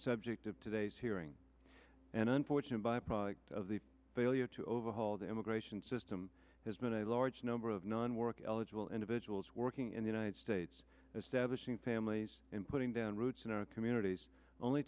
subject of today's hearing an unfortunate byproduct of the failure to overhaul the immigration system has been a large number of non work eligible individuals working in the united states as devastating families in putting down roots in our communities only